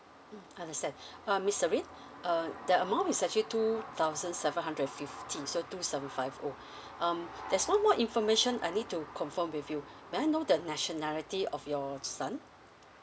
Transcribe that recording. understand uh miss serene uh the amount is actually two thousand seven hundred and fifty so two seven five O um there's one more information I need to confirm with you may I know the nationality of your son